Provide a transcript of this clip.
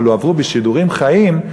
אבל העבירו בשידורים חיים.